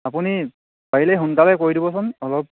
আপুনি পাৰিলে সোনকালে কৈ দিবচোন অলপ